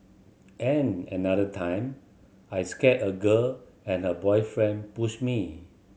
and another time I scared a girl and her boyfriend pushed me